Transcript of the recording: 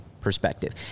perspective